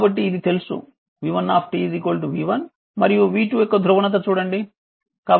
కాబట్టి ఇది తెలుసు v1 v1 మరియు v2 యొక్క ధ్రువణత చూడండి